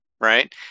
right